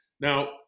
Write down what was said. Now